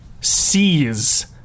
sees